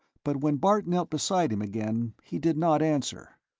but when bart knelt beside him again he did not answer.